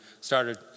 started